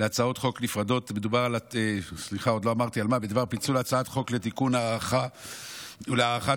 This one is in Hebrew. בדבר פיצול הצעת חוק לתיקון ולהארכת